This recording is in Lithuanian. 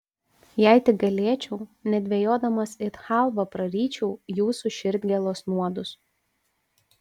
jei tik galėčiau nedvejodamas it chalvą praryčiau jūsų širdgėlos nuodus